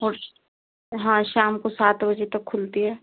और हाँ शाम को सात बजे तक खुलती है